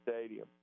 Stadium